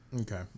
Okay